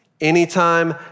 Anytime